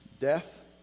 death